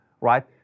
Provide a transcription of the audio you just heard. right